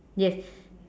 yes